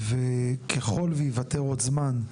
וככל ויוותר עוד זמן,